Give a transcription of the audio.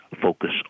focus